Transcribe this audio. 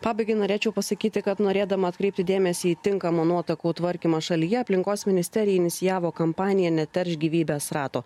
pabaigai norėčiau pasakyti kad norėdama atkreipti dėmesį į tinkamą nuotekų tvarkymą šalyje aplinkos ministerija inicijavo kampaniją neteršk gyvybės rato